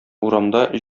урамда